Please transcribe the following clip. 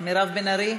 מירב בן ארי?